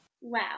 Wow